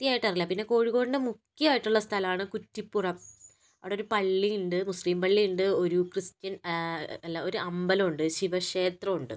കൃത്യമായിട്ടറിയില്ല പിന്നെ കോഴിക്കോടിൻ്റെ മുഖ്യമായിട്ടുള്ള സ്ഥലമാണ് കുറ്റിപ്പുറം അവിടൊരു പള്ളി ഉണ്ട് മുസ്ലിം പള്ളി ഉണ്ട് ഒരു ക്രിസ്റ്റിയൻ അല്ല ഒരു അമ്പലമുണ്ട് ശിവക്ഷേത്രമുണ്ട്